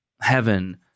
heaven